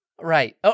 Right